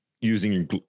Using